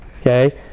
Okay